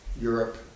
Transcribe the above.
Europe